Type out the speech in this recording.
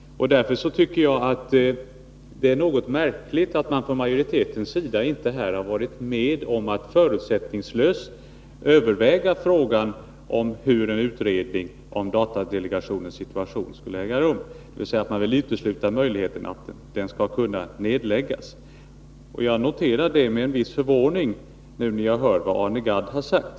Därför tycker jag att det är något märkligt att majoriteten inte har varit med om att förutsättningslöst överväga frågan om datadelegationens situation, dvs. att man vill utesluta möjligheten att den skulle kunna nedläggas. Jag noterar detta med en viss förvåning när jag nu har hört vad Arne Gadd har sagt.